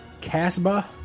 Casbah